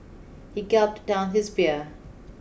he gulped down his beer